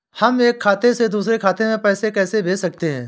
हम एक खाते से दूसरे खाते में पैसे कैसे भेज सकते हैं?